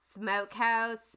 smokehouse